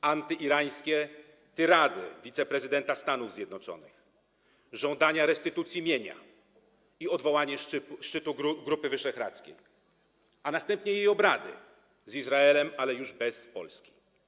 antyirańskie tyrady wiceprezydenta Stanów Zjednoczonych, żądania restytucji mienia i odwołanie szczytu Grupy Wyszehradzkiej, a następnie jej obrady z Izraelem, ale już bez Polski.